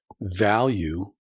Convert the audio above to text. value